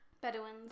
Bedouins